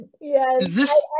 Yes